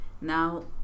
Now